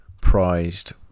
prized